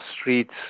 streets